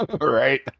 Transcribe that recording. right